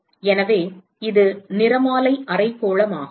எனவே இது நிறமாலை அரைக்கோளமாகும்